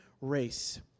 race